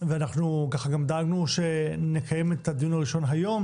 אנחנו גם דאגנו שנקיים היום את הדיון הראשון כיוון